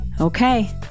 Okay